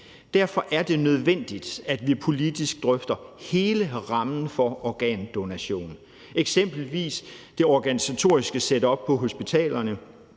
Derfor er det nødvendigt, at vi politisk drøfter hele rammen for organdonation, eksempelvis det organisatoriske setup på hospitalerne